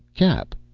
cap,